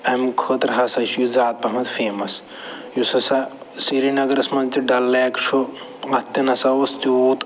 اَمہِ خٲطرٕ ہسا چھِ یہِ زیادٕ پہمتھ فیمَس یُس ہسا سِریٖنگرَس منٛز تہِ ڈَل لیک چھُ اَتھ تہِ نہ سا اوس تیوٗت